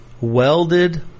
welded